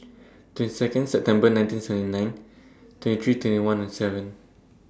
twenty Second September nineteen seventy nine twenty three twenty one and seven